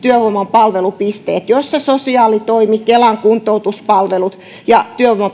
palvelupisteet joissa sosiaalitoimi kelan kuntoutuspalvelut ja